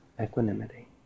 equanimity